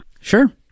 sure